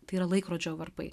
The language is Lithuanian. tai yra laikrodžio varpai